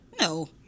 No